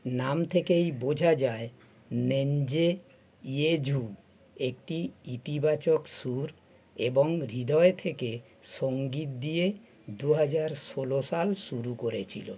নাম থেকেই বোঝা যায় নেনজে ইয়েঝু একটি ইতিবাচক সুর এবং হৃদয় থেকে সঙ্গীত দিয়ে দু হাজার ষোলো সাল শুরু করেছিল